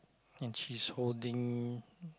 and she's holding